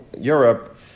Europe